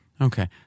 Okay